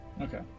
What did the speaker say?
Okay